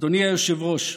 אדוני היושב-ראש,